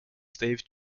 stave